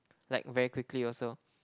like very quickly also